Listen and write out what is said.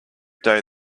day